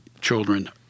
children